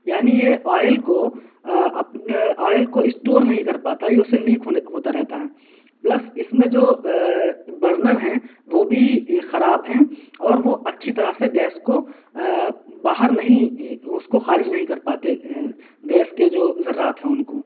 یعنی یہ آئل کو اپنے آئل کو اسٹور نہیں کر پاتا یہ اُسے لیک ہونے ہوتا رہتا ہے پلس اِس میں جو برنر ہیں وہ بھی خراب ہیں اور وہ اچھی طرح سے گیس کو باہر نہیں اُس کو خارج نہیں کر پاتے گیس کے جو ذرّات ہیں اُن کو